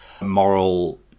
moral